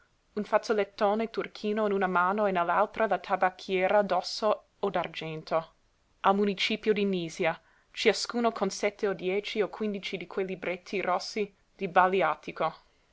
un fazzolettone turchino in una mano e nell'altra la tabacchiera d'osso o d'argento al municipio di nisia ciascuno con sette o dieci o quindici di quei libretti rossi di baliàtico